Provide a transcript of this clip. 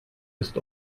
ist